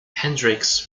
hendrix